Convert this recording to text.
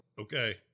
Okay